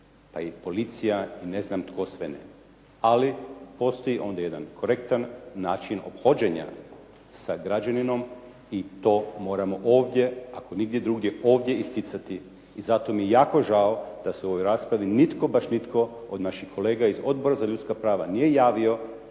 pa i policija i ne znam tko sve ne, ali postoji onda jedan korektan način ophođenja sa građaninom i to moramo ovdje ako nigdje drugdje ovdje isticati i zato mi je jako žao da se u ovoj raspravi nitko, baš nitko od naših kolega iz Odbora za ljudska prava nije javio